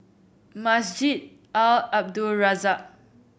Masjid Al Abdul Razak